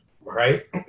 right